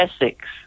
Essex